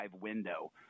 window